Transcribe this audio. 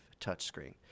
touchscreen